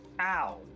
Ow